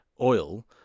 oil